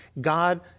God